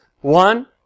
one